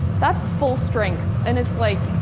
that's full strength and it's like,